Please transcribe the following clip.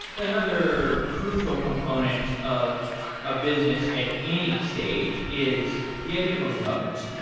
another crucial component of a business at any stage is the idea of a moat.